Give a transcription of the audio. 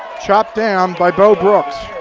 chopped down by bo brooks,